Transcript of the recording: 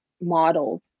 models